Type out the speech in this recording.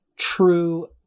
true